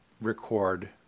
record